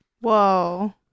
Whoa